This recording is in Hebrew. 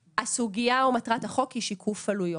הסוגיה או מטרת החוק היא שיקוף עלויות.